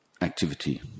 activity